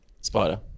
Spider